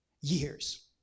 years